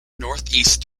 northeast